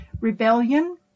Rebellion